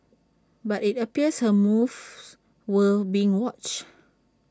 but IT appears her moves were being watched